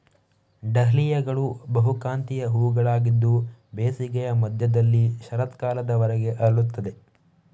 ಡಹ್ಲಿಯಾಗಳು ಬಹುಕಾಂತೀಯ ಹೂವುಗಳಾಗಿದ್ದು ಬೇಸಿಗೆಯ ಮಧ್ಯದಿಂದ ಶರತ್ಕಾಲದವರೆಗೆ ಅರಳುತ್ತವೆ